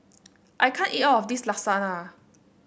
I can't eat all of this Lasagna